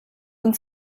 uns